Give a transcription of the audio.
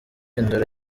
indoro